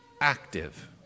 active